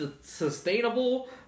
sustainable